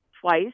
twice